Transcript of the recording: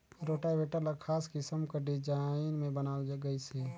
rotavator ल खास किसम कर डिजईन में बनाल गइसे